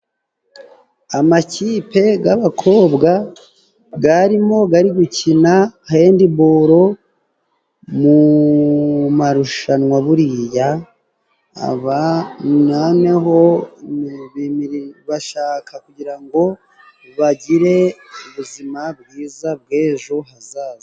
Amakipe g'abakobwa garimo gari gukina hendiboro mu marushanwa, buriya aba noneho bashaka kugira ngo bagire ubuzima bwiza bw'ejo hazaza.